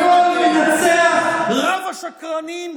ועל הכול מנצח רב השקרנים,